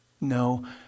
No